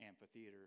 amphitheater